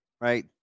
right